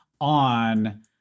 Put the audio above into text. on